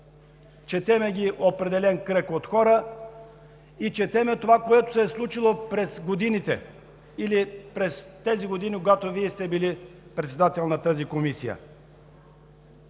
Четем ги определен кръг от хора, четем това, което се е случило през годините или през тези години, когато Вие сте били председател на тази комисия.